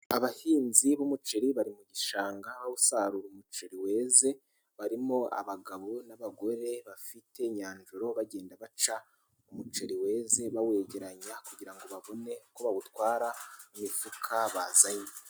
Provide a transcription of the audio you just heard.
Abahinzi b'umuceri bari mu gishanga, usarura umuceri weze. Barimo abagabo n'abagore bafite najoro, bagenda baca umuceri weze bawegeranya kugira ngo babone uko bawutwara mu mifuka bazanye.